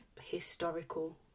historical